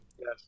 Yes